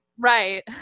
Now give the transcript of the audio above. Right